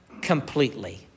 completely